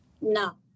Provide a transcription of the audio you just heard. No